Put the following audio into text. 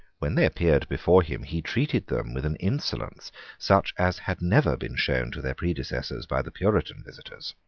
when they appeared before him he treated them with an insolence such as had never been shown to their predecessors by the puritan visitors.